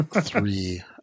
Three